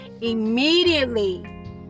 immediately